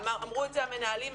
אמרו את זה המנהלים.